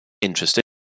interesting